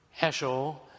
Heschel